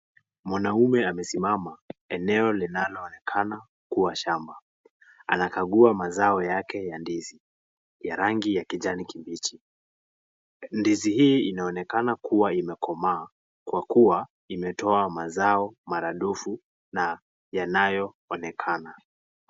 Mwanaume amesimama eneo linaloonekana kuwa shamba. Anakagua mazao yake ya ndizi ya rangi ya kijani kibichi. Ndizi hii inaonekana kuwa imekomaa kwa kuwa imetoa mazao maradufu na yanayoonekana.